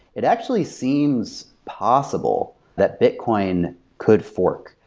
it actually seems possible that bitcoin could fork,